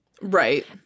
right